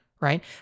right